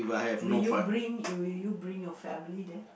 will you bring will you bring your family there